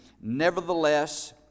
Nevertheless